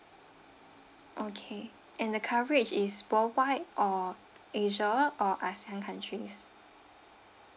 okay and the coverage is worldwide or asia or ASEAN countries